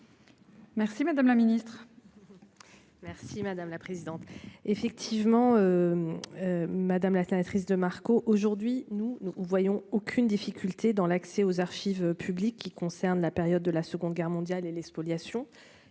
Merci madame la ministre. Merci madame la présidente, effectivement. Madame la sénatrice de Marco. Aujourd'hui, nous nous voyons aucune difficulté dans l'accès aux archives publiques qui concerne la période de la Seconde Guerre mondiale et les spoliations.